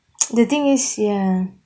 the thing is ya